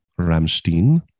Ramstein